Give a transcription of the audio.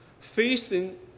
Facing